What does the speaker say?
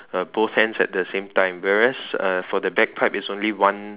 uh both hands at the same time whereas uh for the bagpipe it's only one